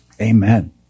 Amen